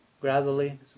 gradually